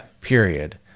Period